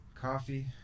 coffee